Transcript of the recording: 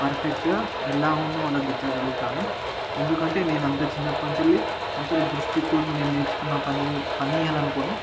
పర్ఫెక్ట్గా ఎలా ఉందో అలా దించగలుగుతాను ఎందుకంటే నేను అంతే చిన్నప్పటి నుంచి అంతర దృష్టితో నేను నేర్చుకున్న పనిని పని అని అనుకోను